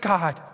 God